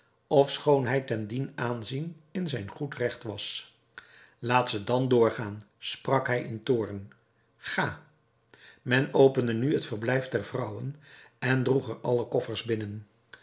ofschoon hij ten dien aanzien in zijn goed regt was laat ze dan doorgaan sprak hij in toorn ga men opende nu het verblijf der vrouwen en droeg er al de koffers binnen